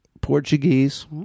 Portuguese